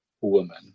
woman